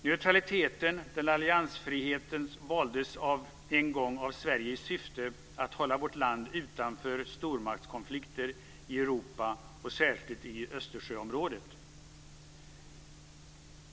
Neutraliteten och alliansfriheten valdes en gång av Sverige i syfte att hålla vårt land utanför stormaktskonflikter i Europa och särskilt i Östersjöområdet.